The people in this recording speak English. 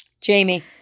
Jamie